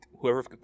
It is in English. whoever